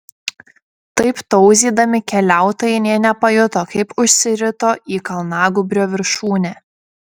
taip tauzydami keliautojai nė nepajuto kaip užsirito į kalnagūbrio viršūnę